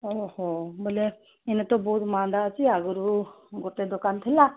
ଓହୋ ବୋଇଲେ ଏଇନେ ତ ବହୁତ ମାନ୍ଦା ଅଛି ଆଗରୁ ଗୋଟେ ଦୋକାନ ଥିଲା